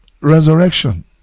resurrection